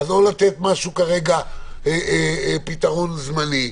או לתת כרגע פתרון זמני,